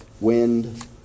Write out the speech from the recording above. wind